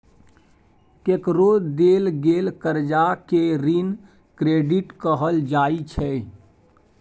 केकरो देल गेल करजा केँ ऋण क्रेडिट कहल जाइ छै